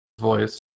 voice